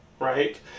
right